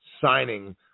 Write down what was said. signing